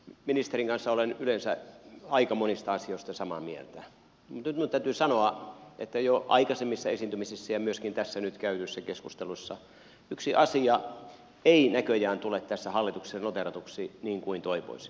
ministerin kanssa olen yleensä aika monista asioista samaa mieltä mutta nyt minun täytyy sanoa jo aikaisempien esiintymisten ja myöskin tässä nyt käydyn keskustelun perusteella että yksi asia ei näköjään tule tässä hallituksessa noteeratuksi niin kuin toivoisin